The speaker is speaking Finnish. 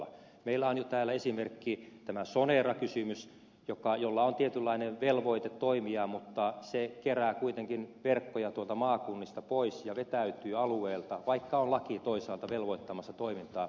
meillä on jo täällä esimerkki tämä sonera kysymys jolla on tietynlainen velvoite toimia mutta se kerää kuitenkin verkkoja tuolta maakunnista pois ja vetäytyy alueilta vaikka on laki toisaalta velvoittamassa toimintaan